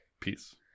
Peace